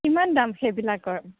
কিমান দাম সেইবিলাকৰ